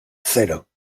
cero